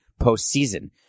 postseason